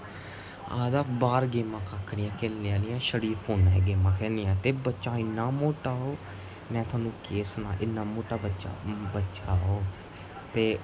आखदा बाह्र गेमां कक्ख नेईं ऐ खेढने आह्लियां छड़ियां फोने च गेमां खेढनियां ते बच्चा इना मुट्टा ओह् में थुहानूं केह् सनांऽ किन्ना मुट्टा बच्चा ओह् ते